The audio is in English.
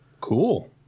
Cool